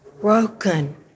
broken